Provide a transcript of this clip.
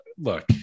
look